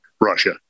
Russia